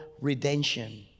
redemption